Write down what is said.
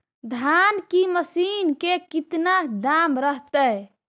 धान की मशीन के कितना दाम रहतय?